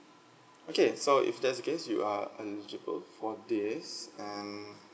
okay so if that's the case you are eligible for this and